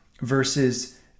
versus